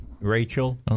Rachel